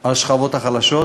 על השכבות החלשות